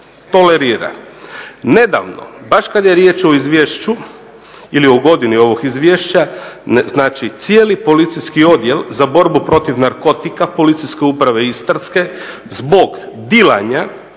tolerira. Nedavno, baš kad je riječ o izvješću ili o godini ovog izvješća, znači cijeli policijski Odjel za borbu protiv narkotika Policijske uprave istarske zbog dilanja